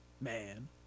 Man